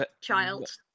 Child